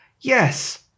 Yes